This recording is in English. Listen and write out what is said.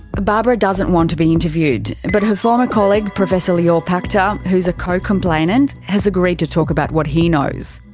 barbara doesn't want to be interviewed, but her former colleague professor lior pachter, who's a co-complainant, has agreed to talk about what he knows.